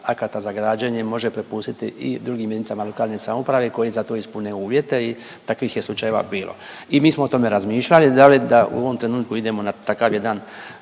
akata za građenje može prepustiti i drugim JLS koje za to ispune uvjete i takvih je slučajeva bilo. I mi smo o tome razmišljali, da li da u ovom trenutku idemo na takav jedan